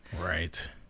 Right